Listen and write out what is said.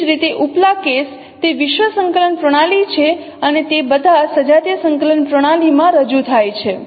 એ જ રીતે ઉપલા કેસ તે વિશ્વ સંકલન પ્રણાલી છે અને તે બધા સજાતીય સંકલન પ્રણાલીમાં રજૂ થાય છે